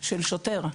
של שוטר,